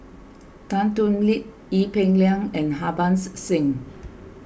Tan Thoon Lip Ee Peng Liang and Harbans Singh